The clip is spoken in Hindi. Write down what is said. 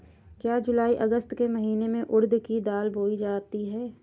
क्या जूलाई अगस्त के महीने में उर्द मूंग की फसल बोई जाती है?